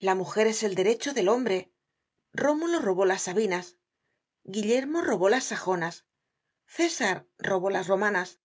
la mujer es el derecho del hombre romulo robó las sabinas guillermo robó las sajonas césar robó las romanas